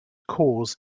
cause